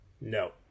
No